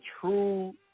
true